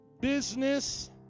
Business